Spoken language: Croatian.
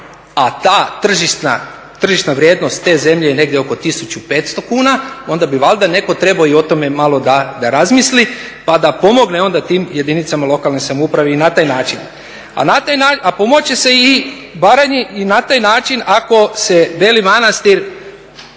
tržišna vrijednost te zemlje je negdje oko 1500 kuna, onda bi valjda netko trebao i o tome malo da razmisli pa da pomogne onda tim jedinicama lokalne samouprave i na taj način. A pomoći će se Baranji i na taj način ako se Beli Manastir